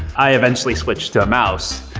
i eventually switched to a mouse.